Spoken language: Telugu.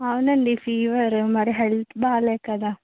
అవును అండి ఫీవర్ మరీ హెల్త్ బాగోలేదు కదా